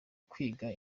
kwiga